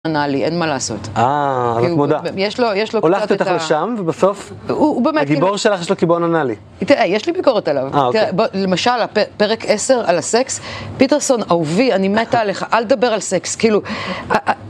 אנאלי, אין מה לעשות. אה, אז את מודה. יש לו, יש לו קצת את ה... הולכת אותך לשם, ובסוף? הוא באמת כאילו... הגיבור שלך יש לו קיבעון אנאלי. אה, יש לי ביקורת עליו. אה, אוקיי. למשל, פרק 10 על הסקס, פיטרסון, אהובי, אני מתה עליך, אל תדבר על סקס, כאילו...